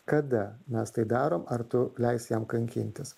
kada mes tai darom ar tu leisi jam kankintis